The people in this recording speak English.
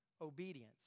obedience